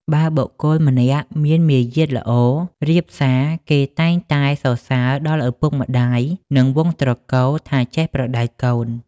បើបុគ្គលម្នាក់មានមារយាទល្អ រាបសារ គេតែងតែសរសើរដល់ឪពុកម្ដាយ និងវង្សត្រកូលថាចេះប្រដៅកូន។